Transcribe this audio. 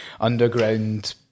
underground